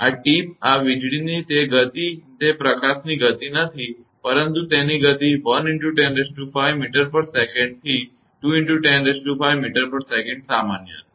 આ ટીપટોચ આ વીજળીની તે ગતિ તે પ્રકાશની ગતિ નથી પરંતુ તેની ગતિ 1×105 msec થી 2×105 msec સામાન્ય હશે